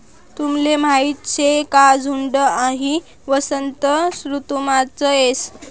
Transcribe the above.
तुमले माहीत शे का झुंड हाई वसंत ऋतुमाच येस